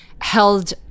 held